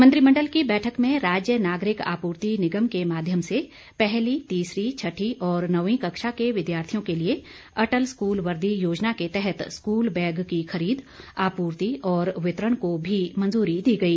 मंत्रिमंडल की बैठक में राज्य नागरिक आपूर्ति निगम के माध्यम से पहली तीसरी छठी और नवीं कक्षा के विद्यार्थियों के लिए अटल स्कूल वर्दी योजना के तहत स्कूल बैग की खरीद आपूर्ति और वितरण को भी मंजूरी दी गई